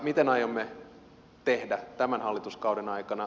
mitä aiomme tehdä tämän hallituskauden aikana